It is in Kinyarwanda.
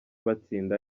batsinda